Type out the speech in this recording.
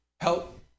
help